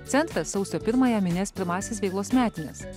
centras sausio pirmąją minės pirmąsias veiklos metines